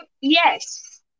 Yes